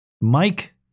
Mike